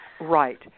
Right